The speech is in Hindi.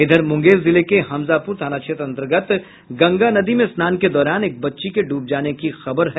इधर मुंगेर जिले के हमजापुर थान क्षेत्र अन्तर्गत गंगा नदी में स्नान के दौरान एक बच्ची के ड्रब जाने की खबर है